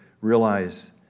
realize